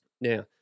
now